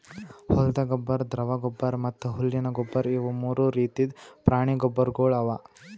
ಹೊಲ್ದ ಗೊಬ್ಬರ್, ದ್ರವ ಗೊಬ್ಬರ್ ಮತ್ತ್ ಹುಲ್ಲಿನ ಗೊಬ್ಬರ್ ಇವು ಮೂರು ರೀತಿದ್ ಪ್ರಾಣಿ ಗೊಬ್ಬರ್ಗೊಳ್ ಅವಾ